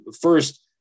First